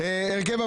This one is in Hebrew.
סליחה, זאת אשמתי.